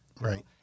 Right